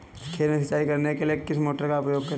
खेत में सिंचाई करने के लिए किस मोटर का उपयोग करें?